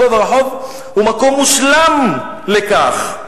ברחוב הוא מקום מושלם לכך.